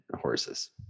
horses